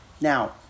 Now